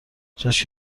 جاش